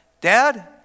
Dad